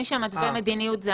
המנהיגים מתווים מדיניות.